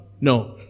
no